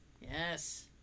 yes